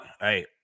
hey